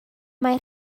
mae